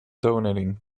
donating